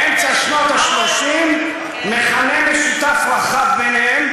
באמצע שנות ה-30 מכנה משותף רחב ביניהם,